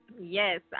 Yes